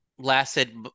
lasted